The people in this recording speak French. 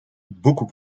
beaucoup